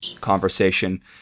Conversation